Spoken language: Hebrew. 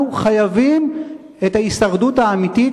אנחנו חייבים את ההישרדות האמיתית,